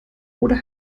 oder